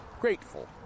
grateful